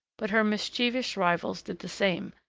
but her mischievous rivals did the same,